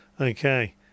okay